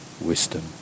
wisdom